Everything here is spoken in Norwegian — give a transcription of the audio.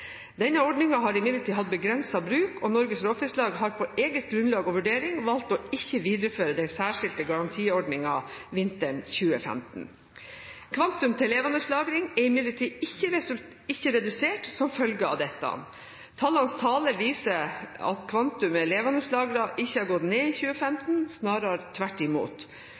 Denne ordningen har imidlertid hatt begrenset bruk, og Norges Råfisklag har på eget grunnlag og ut fra egen vurdering valgt å ikke videreføre den særskilte garantiordningen vinteren 2015. Kvantum til levendelagring er imidlertid ikke redusert som følge av dette. Tallenes tale viser at kvantumet levendelagring ikke har gått ned i 2015, snarere tvert imot.